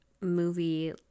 movie